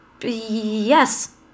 Yes